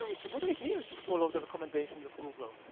it's a good idea to follow the recommendations of google.